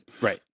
right